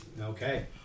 Okay